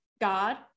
God